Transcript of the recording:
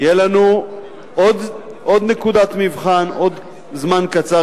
תהיה לנו עוד נקודת מבחן בעוד זמן קצר,